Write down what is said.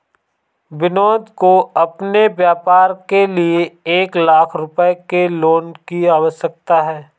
विनोद को अपने व्यापार के लिए एक लाख रूपए के लोन की आवश्यकता है